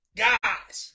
guys